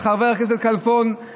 את חבר הכנסת כלפון,